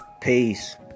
Peace